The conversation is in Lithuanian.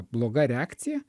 bloga reakcija